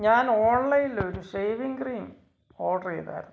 ഞാന് ഓണ്ലൈനിലൊരു shaving cream order ചെയ്തായിരുന്നു